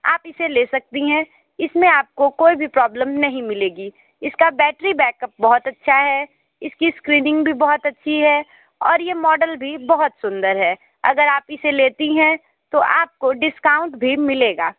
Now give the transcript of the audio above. आप इसे ले सकती हैं इसमें आपको कोई भी प्रॉब्लम नहीं मिलेगी इसका बैट्री बैकअप बहुत अच्छा है इसकी स्क्रीनिंग भी बहुत अच्छी है और यह मॉडल भी बहुत सुंदर है अगर आप इसे लेती हैं तो आपको डिस्काउंट भी मिलेगा